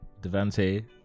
Devante